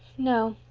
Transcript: no,